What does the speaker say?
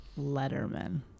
Letterman